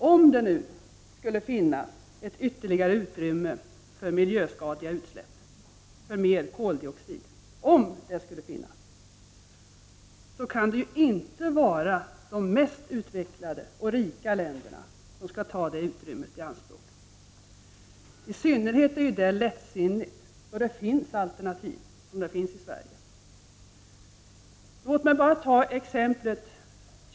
Om det nu skulle finnas ett ytterligare utrymme för miljöskadliga utsläpp, för mer koldioxid — om det skulle finnas — så kan det inte vara de mest utvecklade och rika länderna som skall ta det utrymmet i anspråk. I synnerhet är det lättsinnigt om det finns alternativ, som det finns i Sverige. Låt mig bara ta följande exempel.